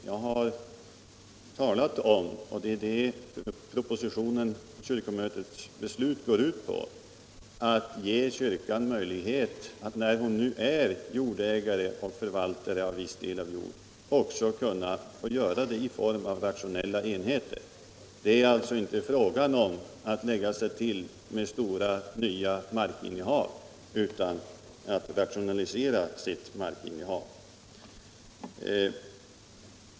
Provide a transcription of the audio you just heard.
Jag har talat om — och det är vad propositionen och kyrkomötets beslut går ut på — att ge kyrkan möjlighet att, när hon nu är jordägare och förvaltare av viss jord, också förvalta sin mark i form av rationella enheter. Det frågan nu gäller är inte att kyrkan skall lägga sig till med mera mark utan att den skall kunna rationalisera sitt markinnehav.